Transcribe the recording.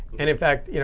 and in fact, you know